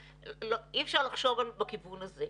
אי אפשר לחשוב בכיוון הזה,